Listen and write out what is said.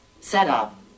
Setup